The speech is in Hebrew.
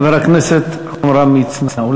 חבר הכנסת עמרם מצנע,